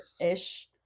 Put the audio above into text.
ish